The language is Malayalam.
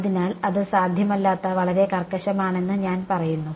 അതിനാൽ അത് സാധ്യമല്ലാത്ത വളരെ കർക്കശമാണെന്ന് ഞാൻ പറയുന്നു